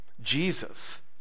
Jesus